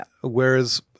whereas